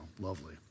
lovely